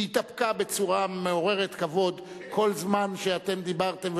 שהתאפקה בצורה מעוררת כבוד כל זמן שאתם דיברתם,